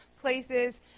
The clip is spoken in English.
places